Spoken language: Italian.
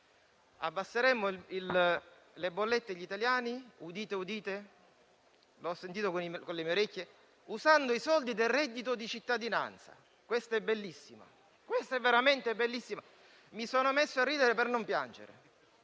il costo delle bollette agli italiani - udite, udite - usando i soldi del reddito di cittadinanza. Questa è veramente bellissima. Mi sono messo a ridere per non piangere: